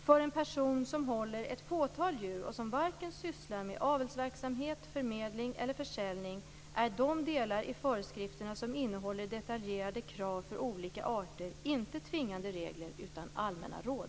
För en person som håller ett fåtal djur, och som inte sysslar med avelsverksamhet, förmedling eller försäljning, är de delar i föreskrifterna som innehåller detaljerade krav för olika arter inte tvingande regler utan allmänna råd.